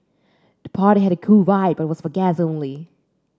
the party had a cool vibe but was for guests only